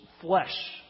flesh